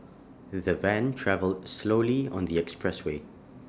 the van travelled slowly on the expressway